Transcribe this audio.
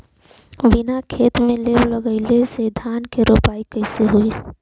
बिना खेत में लेव लगइले धान के रोपाई कईसे होई